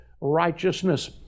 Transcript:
righteousness